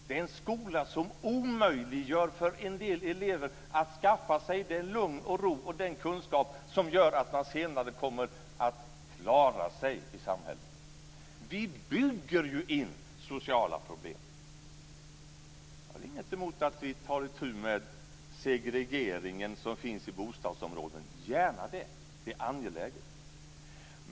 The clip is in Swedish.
Det är en skola som omöjliggör för en del elever att skaffa sig lugn och ro så att de kan inhämta den kunskap som gör att de senare kommer att klara sig i samhället. Vi bygger ju in sociala problem. Jag har inget emot att vi tar itu med den segregering som finns i bostadsområden. Gärna det. Det är angeläget.